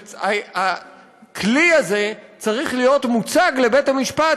על כך שהכלי הזה צריך להיות מוצג לבית-המשפט